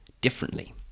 differently